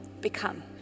become